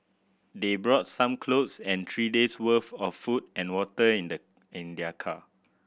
they brought some clothes and three days' worth of food and water in the in their car